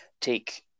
take